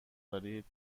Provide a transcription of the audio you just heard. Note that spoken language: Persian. دارید